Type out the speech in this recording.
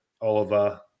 Oliver